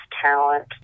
talent